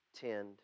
tend